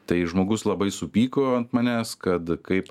tai žmogus labai supyko ant manęs kad kaip